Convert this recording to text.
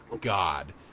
God